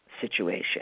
situation